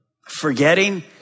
Forgetting